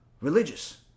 religious